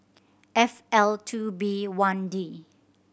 F L two B one D